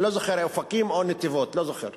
אני לא זוכר, אופקים או נתיבות, לא זוכר.